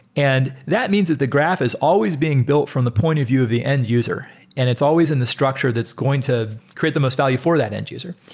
and that means that the graph is always being built from the point of view of the end user and it's always in the structure that's going to create the most value for that end-user.